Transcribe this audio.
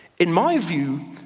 in my view,